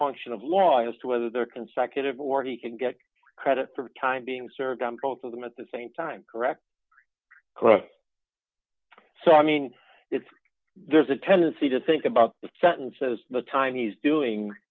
conscious of law as to whether they're consecutive or he can get credit for time being served on both of them at the same time correct correct so i mean there's a tendency to think about the sentence as the time he's doing